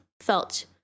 felt